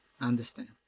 understand